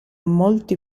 molti